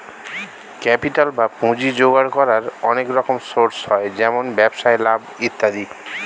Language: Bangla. ক্যাপিটাল বা পুঁজি জোগাড় করার অনেক রকম সোর্স হয়, যেমন ব্যবসায় লাভ ইত্যাদি